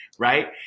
Right